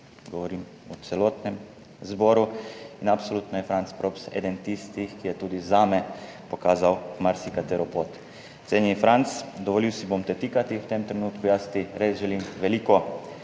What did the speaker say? govorim o celotnem zboru - in absolutno je Franc Props eden tistih, ki je tudi zame pokazal marsikatero pot. Cenjeni Franc, dovolil si bom te tikati v tem trenutku, jaz ti res želim veliko